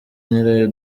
nyirayo